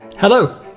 Hello